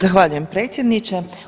Zahvaljujem predsjedniče.